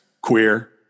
queer